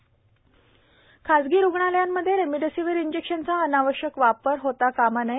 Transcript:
यशोमती ठाकर खासगी रुग्णालयांमध्ये रेमडिसिविर इंजेक्शनचा अनावश्यक वापर होता कामा नये